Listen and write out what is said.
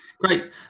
Great